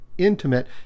intimate